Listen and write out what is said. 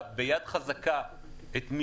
איך לחייב את החברות שמנפיקות את הכרטיסים: